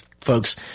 folks